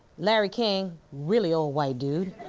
larry king, really old, white dude.